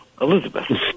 Elizabeth